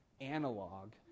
analog